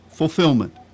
fulfillment